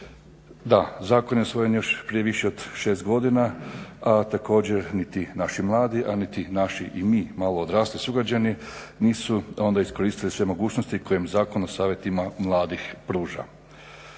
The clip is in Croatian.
Da, zakon je usvojen još prije više od 6 godina, a također niti naši mladi, a niti naši i mi malo odrasliji sugrađani nisu onda iskoristili sve mogućnosti koje im Zakon o Savjetima mladih pruža.